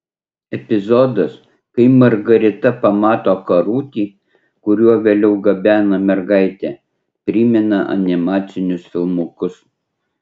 epizodas kai margarita pamato karutį kuriuo vėliau gabena mergaitę primena animacinius filmukus